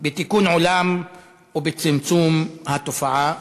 בתיקון עולם ובצמצום התופעה.